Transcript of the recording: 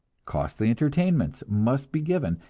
costly entertainments must be given,